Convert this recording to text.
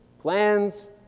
plans